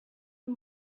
and